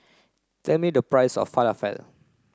tell me the price of Falafel